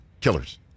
Killers